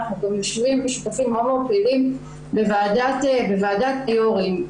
ואנחנו גם יושבים ושותפים מאוד פעילים בוועדת יו"רים.